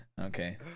Okay